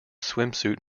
swimsuit